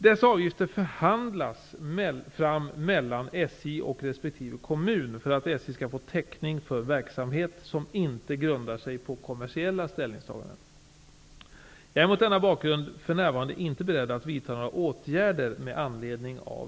Dessa avgifter förhandlas fram mellan SJ och resp. kommun för att SJ skall få täckning för verksamhet som inte grundar sig på kommersiella ställningstaganden. Jag är mot denna bakgrund för närvarande inte beredd att vidta några åtgärder med anledning av